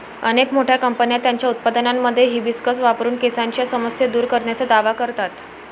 अनेक मोठ्या कंपन्या त्यांच्या उत्पादनांमध्ये हिबिस्कस वापरून केसांच्या समस्या दूर करण्याचा दावा करतात